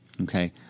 Okay